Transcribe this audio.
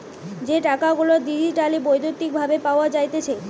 যে টাকা গুলা ডিজিটালি বৈদ্যুতিক ভাবে পাওয়া যাইতেছে